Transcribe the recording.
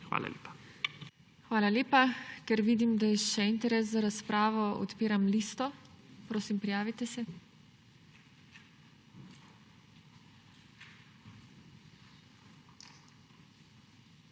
HEFERLE:** Hvala lepa. Ker vidim, da je še interes za razpravo, odpiram listo. Prosim, prijavite se.